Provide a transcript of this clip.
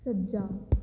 ਸੱਜਾ